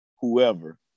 whoever